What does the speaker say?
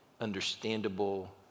understandable